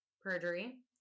perjury